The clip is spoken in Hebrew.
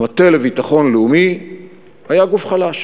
המטה לביטחון לאומי היה גוף חלש.